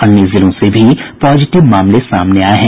अन्य जिलों से भी पॉजिटिव मामले सामने आये हैं